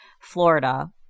Florida